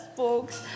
books